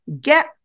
Get